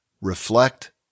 reflect